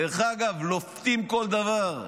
לופתים כל דבר,